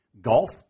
golf